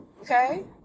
Okay